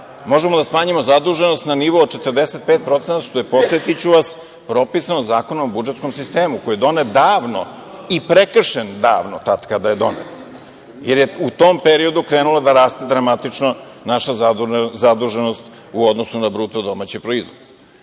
možemo da smanjimo zaduženost na nivo od 45%, što je, podsetiću vas, propisano Zakonom o budžetskom sistemu, koji je donet davno i prekršen davno, tad kada je donet, jer je u tom periodu krenula da raste dramatično naša zaduženost u odnosu na BDP.Jeste naša